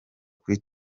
kuri